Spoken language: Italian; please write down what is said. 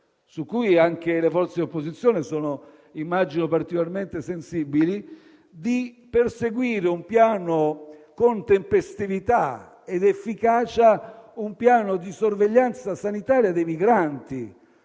che anche le forze di opposizione siano particolarmente sensibili al tema - di perseguire con tempestività ed efficacia un piano di sorveglianza sanitaria dei migranti.